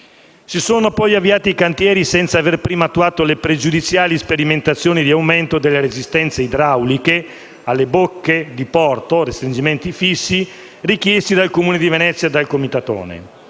Si sono poi avviati i cantieri senza aver prima attuato le pregiudiziali sperimentazioni di aumento delle resistenze idrauliche alle bocche di porto (restringimenti fissi), richieste dal Comune di Venezia e dal "Comitatone".